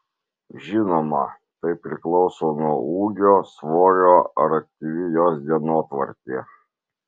žinoma tai priklauso nuo ūgio svorio ar aktyvi jos dienotvarkė